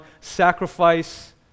sacrifice